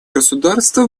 государств